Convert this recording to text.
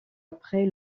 après